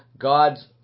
God's